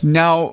now